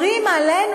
אומרים עלינו,